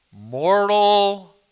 mortal